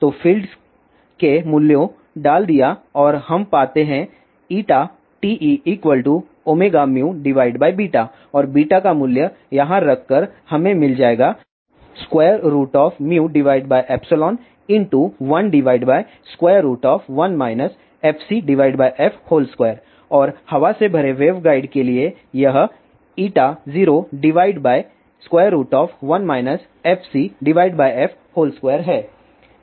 तो फील्ड्स के मूल्यों डाल दिया और हम पाते है TEωμ और β का मूल्य यहाँ रख कर हमे मिल जाएगा 11 fcf2 और हवा से भरे वेवगाइड के लिए यह 01 fcf2 है